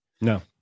No